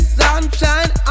sunshine